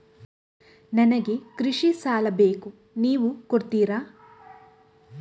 ನನಗೆ ಕೃಷಿ ಸಾಲ ಬೇಕು ನೀವು ಕೊಡ್ತೀರಾ?